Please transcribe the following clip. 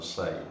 say